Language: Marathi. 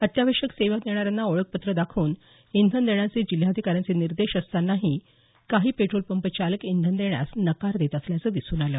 अत्यावश्यक सेवा देणाऱ्यांना ओळखपत्र दाखवून इंधन देण्याचे जिल्हाधिकाऱ्यांचे निर्देश असतांनाही काही पेट्रोलपंप चालक इंधन देण्यास नकार देत असल्याचं दिसून आलं